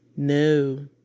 no